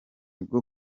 bwo